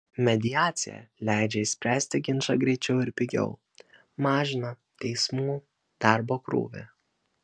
mediacija leidžia išspręsti ginčą greičiau ir pigiau mažina teismų darbo krūvį